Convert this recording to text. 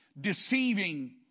deceiving